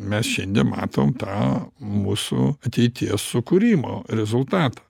mes šiandien matom tą mūsų ateities sukūrimo rezultatą